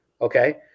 Okay